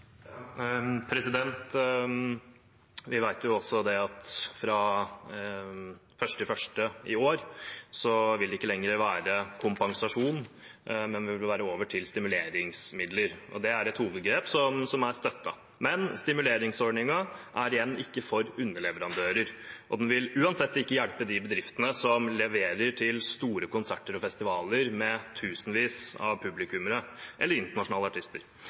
Vi vet også at fra 1. januar 2021 vil det ikke lenger være kompensasjon, men man vil gå over til stimuleringsmidler. Det er et hovedgrep som er støttet. Men igjen: Stimuleringsordningen er ikke for underleverandører, og den vil uansett ikke hjelpe de bedriftene som leverer til store konserter og festivaler med tusenvis av publikummere eller internasjonale artister.